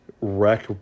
wreck